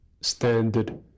standard